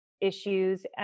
issues